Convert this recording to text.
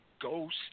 ghost